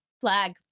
flag